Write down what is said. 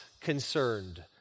concerned